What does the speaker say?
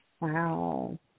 Wow